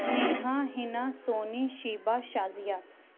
Neha Hina Soni Sheeba Shazia